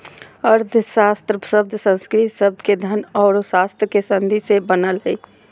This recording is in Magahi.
अर्थशास्त्र शब्द संस्कृत शब्द के धन औरो शास्त्र के संधि से बनलय हें